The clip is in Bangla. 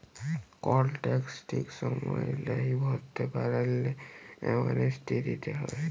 কল ট্যাক্স ঠিক সময় লায় ভরতে পারল্যে, অ্যামনেস্টি দিতে হ্যয়